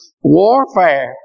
warfare